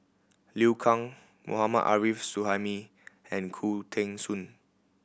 Liu Kang Mohammad Arif Suhaimi and Khoo Teng Soon